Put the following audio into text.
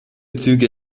züge